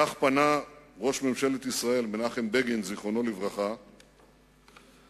כך פנה ראש ממשלת ישראל מנחם בגין ז"ל אל